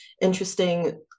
interesting